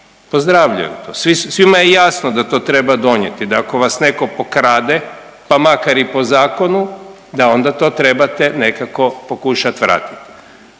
Pozdravljaju to. Svima je jasno da to treba donijeti da ako vas netko pokrade pa makar i po zakonu da onda to trebate nekako pokušat vratiti.